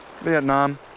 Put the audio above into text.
Vietnam